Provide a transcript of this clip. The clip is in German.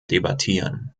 debattieren